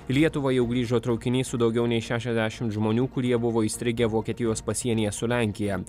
į lietuvą jau grįžo traukinys su daugiau nei šešiasdešimt žmonių kurie buvo įstrigę vokietijos pasienyje su lenkija